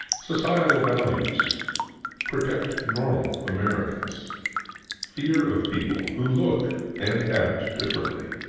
societal values protect normal americans fear of people who look and act differently.